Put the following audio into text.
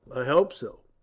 i hope so,